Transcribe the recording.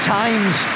times